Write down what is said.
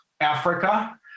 Africa